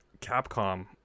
Capcom